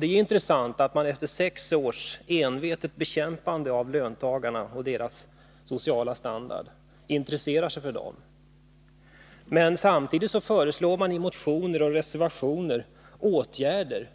Det är intressant att man efter sex års envetet bekämpande av löntagarna och deras sociala standard intresserar sig för dem. Men samtidigt föreslår man i motioner och reservationer åtgärder